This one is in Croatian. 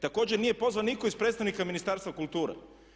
Također nije pozvan nitko od predstavnika Ministarstva kulture.